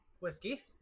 whiskey